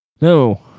No